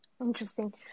Interesting